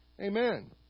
Amen